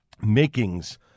Makings